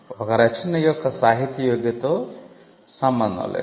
ఒక రచన యొక్క సాహిత్య యోగ్యతతో సంబంధం లేదు